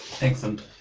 Excellent